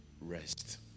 Rest